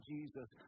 Jesus